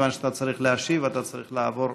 מכיוון שאתה צריך להשיב, אתה צריך לעבור